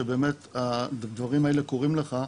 שבאמת הדברים האלה קורים לך,